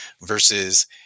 versus